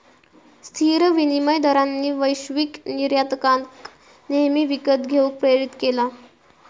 स्थिर विनिमय दरांनी वैश्विक निर्यातकांका नेहमी विकत घेऊक प्रेरीत केला